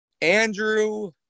Andrew